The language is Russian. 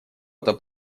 это